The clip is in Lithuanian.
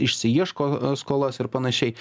išsiieško skolas ir panašiai